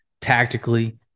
Tactically